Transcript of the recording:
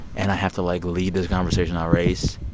and i have to like lead this conversation on race.